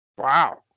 Wow